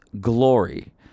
glory